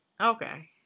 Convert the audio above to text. Okay